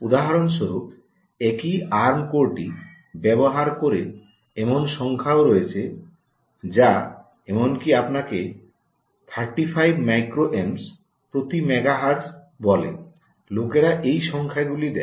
উদাহরণস্বরূপ একই আর্ম কোরটি ব্যবহার করে এমন সংখ্যাও রয়েছে যা এমনকি আপনাকে 35 মাইক্রো অ্যাম্পস 𝛍A প্রতি মেগা হার্টজ বলে লোকেরা এই সংখ্যাগুলি দেয়